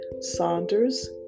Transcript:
saunders